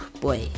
boy